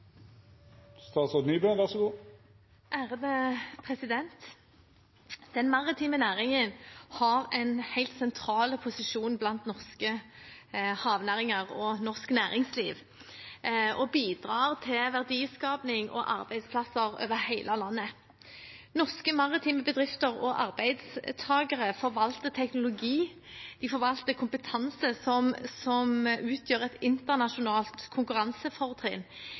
Den maritime næringen har en helt sentral posisjon blant norske havnæringer og norsk næringsliv og bidrar til verdiskaping og arbeidsplasser over hele landet. Norske maritime bedrifter og arbeidstakere forvalter teknologi og kompetanse som utgjør et internasjonalt konkurransefortrinn